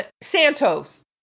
Santos